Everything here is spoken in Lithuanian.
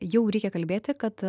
jau reikia kalbėti kad